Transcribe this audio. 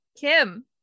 Kim